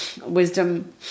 wisdom